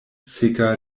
seka